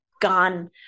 gone